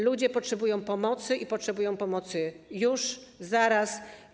Ludzie potrzebują pomocy, potrzebują tej pomocy już, zaraz.